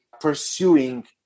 pursuing